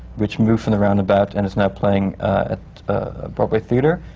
which moved from the roundabout and is now playing at a broadway theatre.